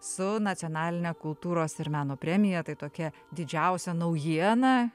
su nacionaline kultūros ir meno premija tai tokia didžiausia naujiena